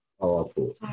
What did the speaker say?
Powerful